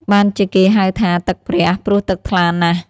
បានជាគេហៅថា "ទឹកព្រះ" ព្រោះទឹកថ្លាណាស់។